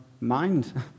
mind